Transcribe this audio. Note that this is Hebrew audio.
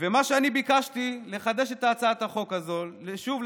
מה שאני ביקשתי הוא לחדש את הצעת החוק הזאת שוב,